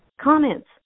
comments